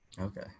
Okay